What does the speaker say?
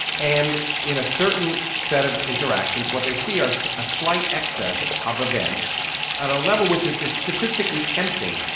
and in a certain set of interactions what they see are so ah slight excess of events at a level which is just statistically tempting,